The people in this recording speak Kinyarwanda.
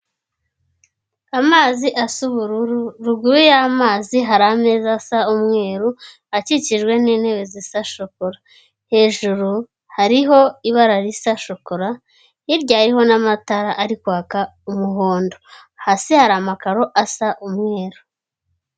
Amazi asa ubururu , ruguru y'amazi hari ameza asa umweru akikijwe ni ntebe zisa shokora, hejuru hariho ibara risa shokora hirya hariho n'amatara ari kwaka umuhondo, hasi hari amakaro asa umweru.